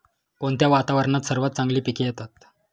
कोणत्या वातावरणात सर्वात चांगली पिके येतात?